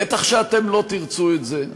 בטח שאתם לא תרצו את זה,